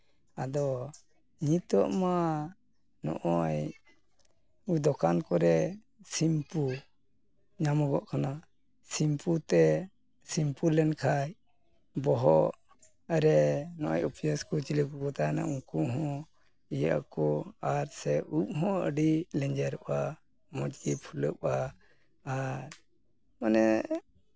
ᱟᱫᱚ ᱱᱤᱛᱳᱜ ᱢᱟ ᱱᱚᱜᱼᱚᱭ ᱫᱚᱠᱟᱱ ᱠᱚᱨᱮ ᱥᱤᱢᱯᱩ ᱧᱟᱢᱚᱜᱚᱜ ᱠᱟᱱᱟ ᱥᱤᱢᱯᱩ ᱛᱮ ᱥᱤᱢᱯᱩ ᱞᱮᱱᱠᱷᱟᱱ ᱵᱚᱦᱚᱜ ᱨᱮ ᱱᱚᱜᱼᱚᱭ ᱩᱯᱭᱟᱺᱥ ᱠᱚ ᱪᱤᱞᱤ ᱠᱚᱠᱚ ᱛᱟᱦᱮᱱᱟ ᱩᱝᱠᱩ ᱦᱚᱸ ᱤᱭᱟᱹᱜᱼᱟ ᱠᱚ ᱟᱨ ᱥᱮ ᱩᱯ ᱦᱚᱸ ᱟᱹᱰᱤ ᱞᱮᱸᱡᱮᱨᱚᱜᱼᱟ ᱢᱚᱡᱽᱜᱮ ᱯᱷᱩᱞᱟᱹᱣᱚᱜᱼᱟ ᱟᱨ ᱚᱱᱮ